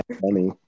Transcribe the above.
Funny